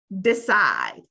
decide